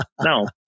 no